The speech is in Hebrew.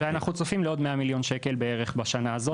ואנחנו צופים לעוד 100 מיליון שקל בערך בשנה הזאת.